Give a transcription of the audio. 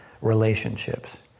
relationships